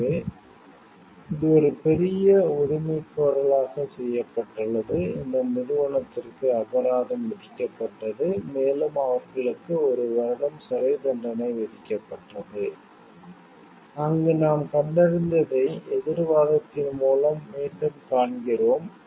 எனவே இது ஒரு பெரிய உரிமைகோரலாகச் செய்யப்பட்டுள்ளது இந்த நிறுவனத்திற்கு அபராதம் விதிக்கப்பட்டது மேலும் அவர்களுக்கு ஒரு வருடம் சிறைத்தண்டனை விதிக்கப்பட்டது அங்கு நாம் கண்டறிந்ததை எதிர் வாதத்தின் மூலம் மீண்டும் காண்கிறோம்